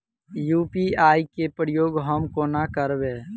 UPI केँ प्रयोग हम कोना करबे?